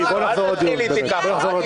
--- טלי, בואו נחזור לנושא של הדיון.